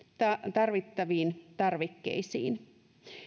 tarvittaviin tarvikkeisiin